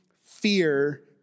fear